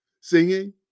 Singing